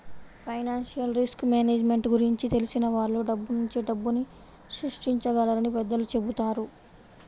financial risk management గురించి తెలిసిన వాళ్ళు డబ్బునుంచే డబ్బుని సృష్టించగలరని పెద్దలు చెబుతారు